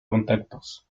contactos